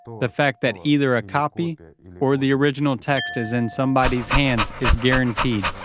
the fact that either a copy or the original text is in somebody's hands is guaranteed.